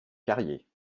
carrier